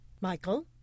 Michael